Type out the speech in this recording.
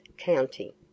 county